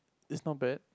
is not bad